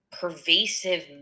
pervasive